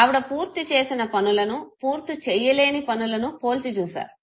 ఆవిడ పూర్తి చేసిన పనులను పూర్తి చేయలేని పనులను పోల్చి చూసారు